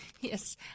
Yes